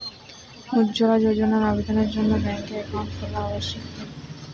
উজ্জ্বলা যোজনার আবেদনের জন্য ব্যাঙ্কে অ্যাকাউন্ট খোলা আবশ্যক কি?